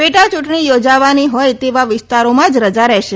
પેટા યૂંટણી યોજાવાની તેવા વિસ્તારોમાં જ રજા રહેશે